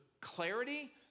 clarity